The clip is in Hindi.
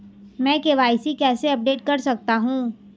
मैं के.वाई.सी कैसे अपडेट कर सकता हूं?